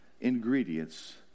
ingredients